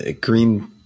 Green